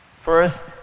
First